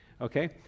Okay